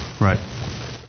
Right